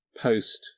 post